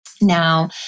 Now